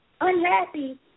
unhappy